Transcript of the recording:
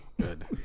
Good